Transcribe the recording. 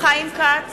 חיים כץ,